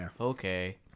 Okay